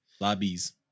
lobbies